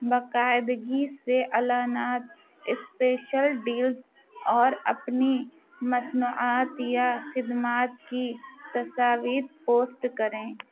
باقاعدگی سے اعلانات اسپیشل ڈیلز اور اپنی مصنوعات یا خدمات کی تصاویر پوسٹ کریں